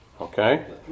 okay